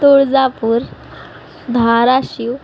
Tuljapur Dharashiv